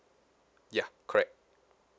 yeah correct